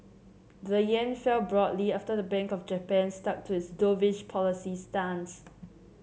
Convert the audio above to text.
the yen fell broadly after the Bank of Japan stuck to its dovish policy stance